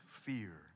fear